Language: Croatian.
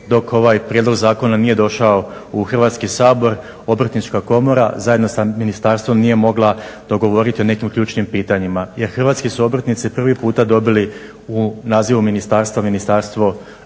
dok ovaj prijedlog zakona nije došao u Hrvatski sabor obrtnička komora zajedno sa ministarstvom nije mogla dogovoriti o nekim ključnim pitanjima. Jer hrvatski su obrtnici prvi puta dobili u nazivu ministarstva, Ministarstvo